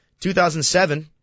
2007